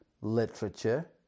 literature